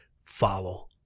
follow